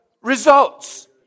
results